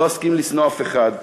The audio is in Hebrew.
לא אסכים לשנוא אף אחד.